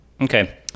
Okay